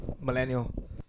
millennial